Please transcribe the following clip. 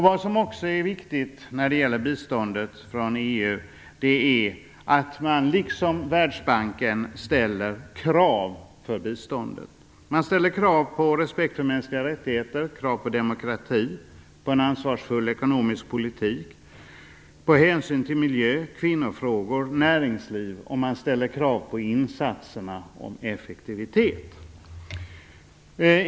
Vad som också är viktigt när det gäller biståndet från EU är att man liksom Världsbanken ställer krav för biståndet. Man ställer krav på respekt för mänskliga rättigheter, på demokrati, på en ansvarsfull ekonomisk politik, på hänsyn till miljö, kvinnofrågor och näringsliv. Man ställer också krav på insatsernas effektivitet.